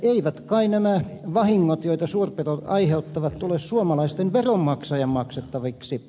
eivät kai nämä vahingot joita suurpedot aiheuttavat tule suomalaisen veronmaksajan maksettaviksi